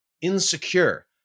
Insecure